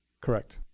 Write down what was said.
correct.